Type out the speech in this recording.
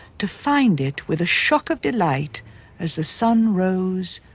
defined it with a shock of delight as the sun rose,